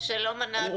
שלום, ענת.